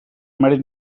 mèrit